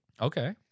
Okay